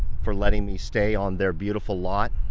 for letting me stay on their beautiful lot.